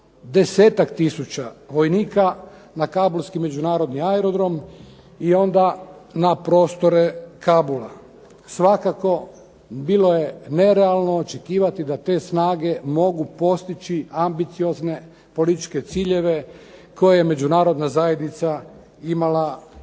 desetak tisuća vojnika na Kabulski međunarodni aerodrom i onda na prostore Kabula. Svakako bilo je nerealno očekivati da te snage mogu postići ambiciozne političke ciljeve koje je međunarodna zajednica imala u